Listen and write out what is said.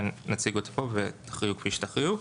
הנציגות פה ותכריעו כפי שתכריעו.